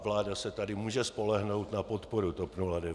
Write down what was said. Vláda se tady může spolehnout na podporu TOP 09.